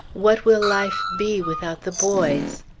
what will life be without the boys?